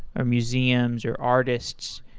or museums, or artists.